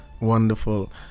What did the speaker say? Wonderful